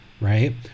right